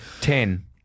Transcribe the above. Ten